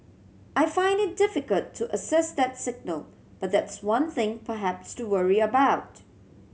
I find it difficult to assess that signal but that's one thing perhaps to worry about